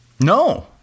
No